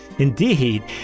Indeed